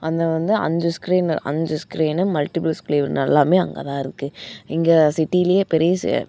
அங்கே வந்து அஞ்சு ஸ்க்ரீன் அஞ்சு ஸ்க்ரீன் மல்ட்டிபுல் ஸ்க்ரீன் எல்லாமே அங்கேதான் இருக்குது இங்கே சிட்டிலேயே பெரிய